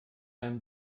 einem